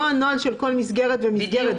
ולא נוהל של כל מסגרת ומסגרת.